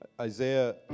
Isaiah